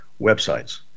websites